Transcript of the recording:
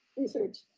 research.